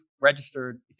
registered